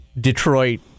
Detroit